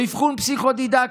או אבחון פסיכו-דידקטי.